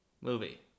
movie